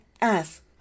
ask